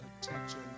attention